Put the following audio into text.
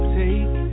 take